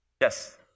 Yes